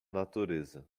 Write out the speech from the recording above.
natureza